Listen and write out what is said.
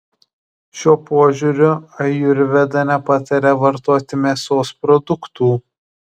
šiuo požiūriu ajurveda nepataria vartoti mėsos produktų